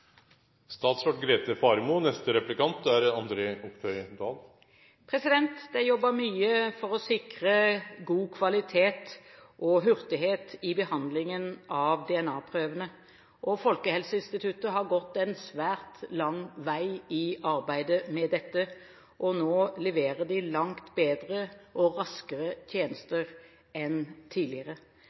er jobbet mye for å sikre god kvalitet og hurtighet i behandlingen av DNA-prøvene. Folkehelseinstituttet har gått en svært lang vei i arbeidet med dette, og nå leverer de langt bedre og raskere tjenester enn tidligere.